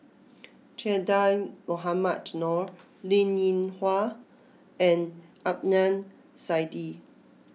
Che Dah Mohamed Noor Linn in Hua and Adnan Saidi